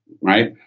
right